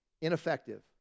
ineffective